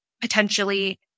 potentially